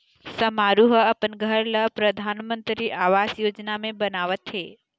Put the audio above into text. समारू ह अपन घर ल परधानमंतरी आवास योजना म बनवावत हे